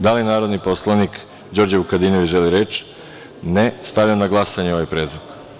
Da li narodni poslanik Đorđe Vukadinović želi reč? (Ne.) Stavljam na glasanje ovaj predlog.